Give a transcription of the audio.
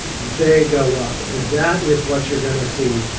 they go up. and that is what you're going to see.